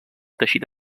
teixit